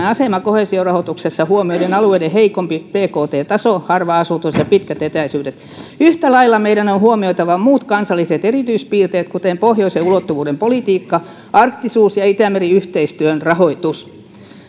asema koheesiorahoituksessa huomioiden alueiden heikompi bkt taso harva asutus ja pitkät etäisyydet yhtä lailla meidän on huomioitava muut kansalliset erityispiirteet kuten pohjoisen ulottuvuuden politiikka arktisuus ja itämeri yhteistyön rahoitus